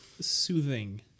soothing